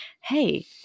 hey